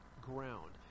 ground